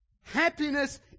happiness